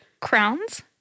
Crowns